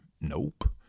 Nope